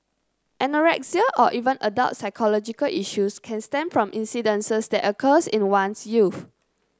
anorexia or even adult psychological issues can stem from incidences that occurs in one's youth